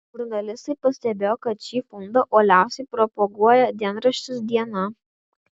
žurnalistai pastebėjo kad šį fondą uoliausiai propaguoja dienraštis diena